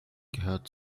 gehört